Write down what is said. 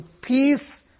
peace